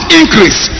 increase